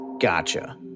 Gotcha